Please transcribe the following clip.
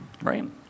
right